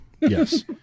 Yes